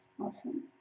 Awesome